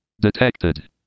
Detected